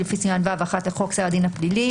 קהילתי לפי סימן ו'1 לחוק סדר הדין הפלילי.